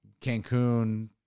Cancun